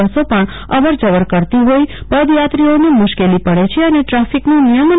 બસો પણ અવર જવર કરતી હોઇ પદયાત્રએએને મુશકેલી પડે છે અને ટ્રાફકિનું નયિમન